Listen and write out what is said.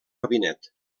gabinet